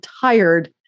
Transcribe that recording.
tired